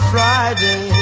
Friday